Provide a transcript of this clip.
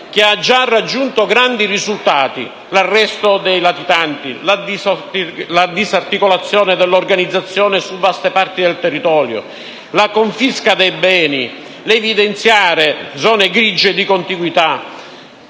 ha già raggiunto grandi risultati: l'arresto dei latitanti, la disarticolazione dell'organizzazione su vaste parti del territorio, la confisca dei beni, l'evidenziare zone grigie di contiguità,